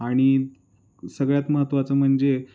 आणि सगळ्यात महत्त्वाचं म्हणजे